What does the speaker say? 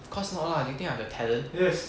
of course not lah do you think I have the talent